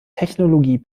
technologie